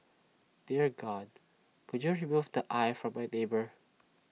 dear God could you remove the eye of my neighbour